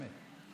באמת.